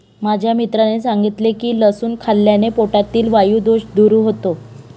माझ्या मित्राने सांगितले की लसूण खाल्ल्याने पोटातील वायु दोष दूर होतो